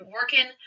working